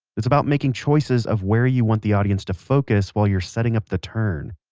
it's about making choices of where you want the audience to focus while you're setting up the turn.